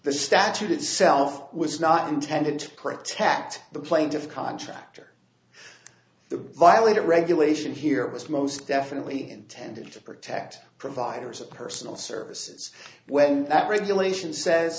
the statute itself was not intended to protect the plaintiffs contractor the violated regulation here was most definitely intended to protect providers of personal services when that regulation says